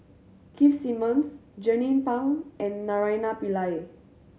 Keith Simmons Jernnine Pang and Naraina Pillai